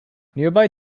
nearby